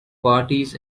parties